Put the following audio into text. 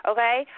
Okay